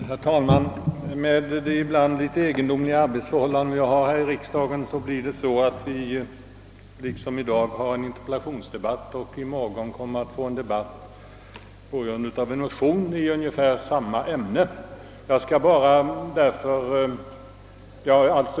Herr talman! Med de ibland litet egendomliga arbetsförhållanden vi har här i riksdagen har det blivit så att vi i dag har en interpellationsdebatt och i morgon kommer att få en debatt på grund av en motion i samma ämne.